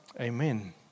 Amen